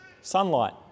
Sunlight